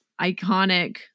iconic